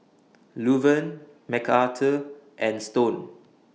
Luverne Macarthur and Stone